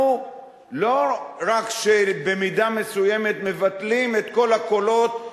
אנחנו לא רק מבטלים במידה מסוימת את כל הקולות,